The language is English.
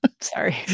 Sorry